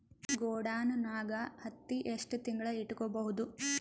ಗೊಡಾನ ನಾಗ್ ಹತ್ತಿ ಎಷ್ಟು ತಿಂಗಳ ಇಟ್ಕೊ ಬಹುದು?